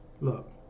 look